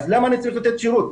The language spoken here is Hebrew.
אז למה אני צריך לתת שירות?